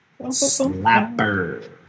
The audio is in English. Slapper